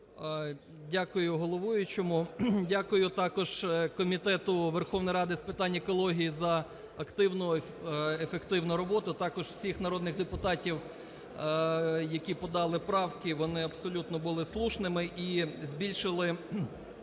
Дякую головуючому, дякую також комітету Верховної Ради з питань екології за активну і ефективну роботу, а також всіх народних депутатів, які подали правки, вони абсолютно були слушними і збільшили